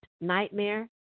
nightmare